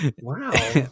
Wow